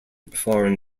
foreign